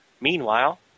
Meanwhile